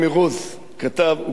הוא כותב בעיתון "מעריב".